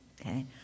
okay